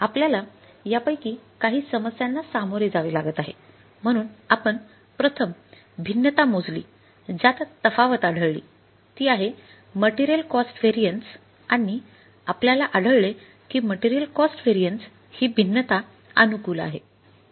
आपल्याला यापैकी काही समस्यांना सामोरे जावे लागत आहे म्हणून आपण प्रथम भिन्नता मोजली ज्यात तफावत आढळली ती आहे मटेरियल कॉस्ट व्हेरिएन्स आणि आपल्याला आढळले की मटेरियल कॉस्ट व्हेरिएन्स हि भिन्नता अनुकूल आहे